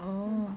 oh